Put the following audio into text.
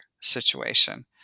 situation